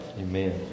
Amen